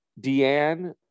Deanne